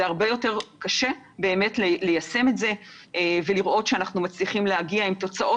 הרבה יותר קשה ליישם את זה ולראות שאנחנו מצליחים להגיע עם תוצאות